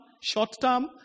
short-term